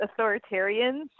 authoritarians